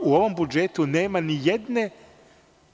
U ovom budžetu nema nijedne